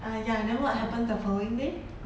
ah ya then what happen the following day